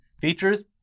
features